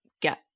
get